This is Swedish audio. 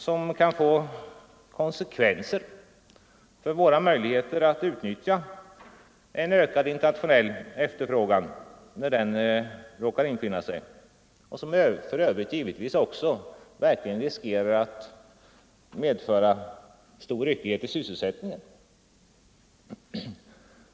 Detta kan få konsekvenser för våra möjligheter att utnyttja internationell efterfrågan vid den lämpliga tidpunkten och kan för övrigt också leda till ryckighet i sysselsättningen.